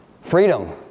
freedom